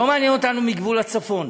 לא מעניין אותנו גבול הצפון,